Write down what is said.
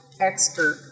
expert